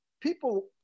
people